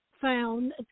found